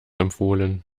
empfohlen